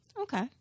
Okay